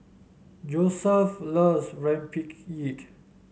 Joesph loves Rempeyek